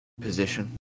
position